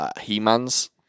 He-Man's